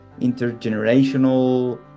intergenerational